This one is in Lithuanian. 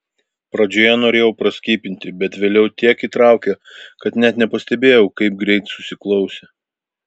pradžioje norėjau praskipinti bet vėliau tiek įtraukė kad net nepastebėjau kaip greit susiklausė